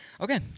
Okay